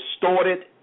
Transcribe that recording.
distorted